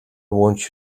want